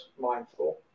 mindful